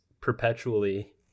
perpetually